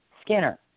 Skinner